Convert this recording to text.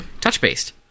touch-based